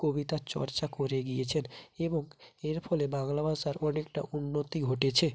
কবিতার চর্চা করে গিয়েছেন এবং এর ফলে বাংলা ভাষার অনেকটা উন্নতি ঘটেছে